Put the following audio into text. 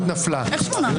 ההסתייגות נפלה.